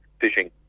fishing